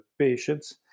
patients